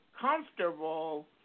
comfortable